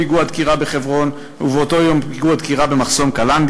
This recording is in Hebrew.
פיגוע דקירה ופיגוע ירי,